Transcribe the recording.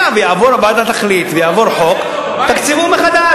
היה והוועדה תחליט, ויעבור חוק, תקצבו מחדש.